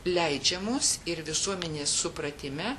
leidžiamos ir visuomenės supratime